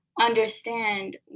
understand